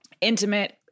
intimate